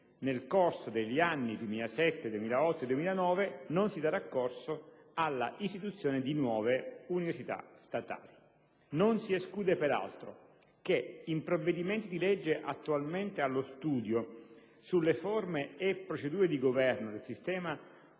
nel corso degli anni 2007, 2008, 2009 non si darà corso alla istituzione di nuove università statali. Non si esclude peraltro che, in provvedimenti di legge attualmente allo studio sulle forme e procedure di governo del sistema